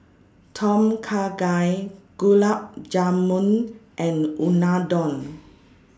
Tom Kha Gai Gulab Jamun and Unadon